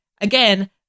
again